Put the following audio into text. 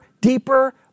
deeper